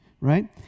right